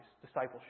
discipleship